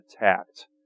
attacked